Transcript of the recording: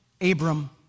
Abram